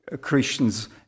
Christians